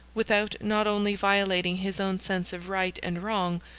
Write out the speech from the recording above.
without not only violating his own sense of right and wrong,